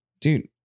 dude